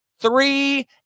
Three